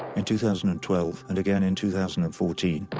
in two thousand and twelve, and again in two thousand and fourteen,